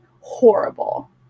horrible